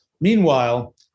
Meanwhile